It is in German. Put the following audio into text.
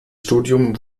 studium